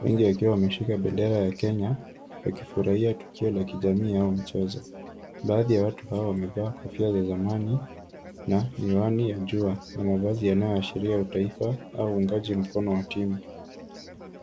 wengi wakiwa wameshika bendera ya Kenya wakifurahia tukio la kijamii au mchezo. Baadhi ya watu hawa wamevalia kofia za zamani na miwani ya jua na mavazi yanayoashiria taifa au uungaji mkono wa timu.